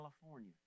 california